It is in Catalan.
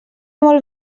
molt